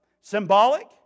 Symbolic